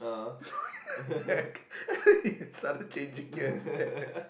what the heck I mean he started changing here and there